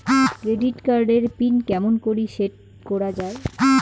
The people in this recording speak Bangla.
ক্রেডিট কার্ড এর পিন কেমন করি সেট করা য়ায়?